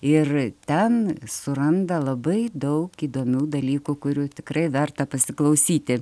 ir ten suranda labai daug įdomių dalykų kurių tikrai verta pasiklausyti